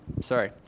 Sorry